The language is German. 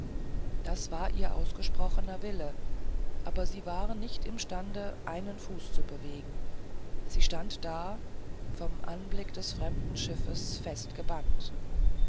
das war ihr ausgesprochener wille aber sie war nicht imstande einen fuß zu bewegen sie stand da vom anblick des fremden schiffes